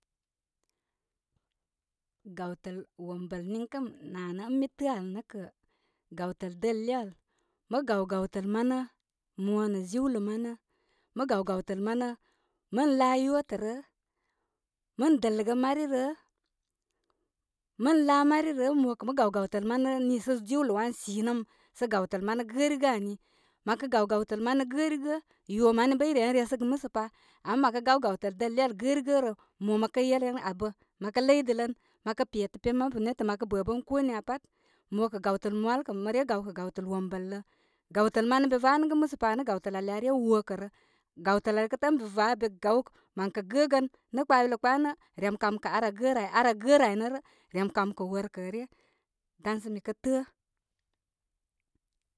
Gawtəl wombəl niŋkə nanə ən mi təə' al nə' kə gawtəl dəl iyaal. Mə gaw gawtəl manə mo nə' jiwlə manə mə gaw gawtatəl manə mən laa yotə rə mən dəlgə mari rə mən laa mari rə' mo kə mə gaw gawtəl manə niisə jiwlə wan sii nəm sə gawtəl manəgərigə ani mə kə gaw gawtəl manə gərigə gwo mane bə i ren resəgə musəpa ama mə kə gaw gaw təl dəl iyə al gərigərə mo mə kə yer yen abə, mə kə ləydə lən, məkə petə pen mabu netə məkə bə tə bən koniya niya pat mo kə gawtəl moal kə mə re gawkə gawtəl wombəl lə gawtəl manə be vanəgə musa pa nə' gawtəl ali aa re wokərə gawtəl ali kə tə'ə' ən be ra be gaw mən kə gəgən nə kpapilya kpa nə gəgən nə kpapilya kpa nə' rem kamkə' ar aa gə'ə'rə ai rar aa gəərə ai nə' rem kamkə workəə ryaturun dan sə mikə mikə tə'ə'.